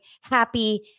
happy